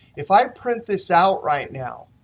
if i print this out right now,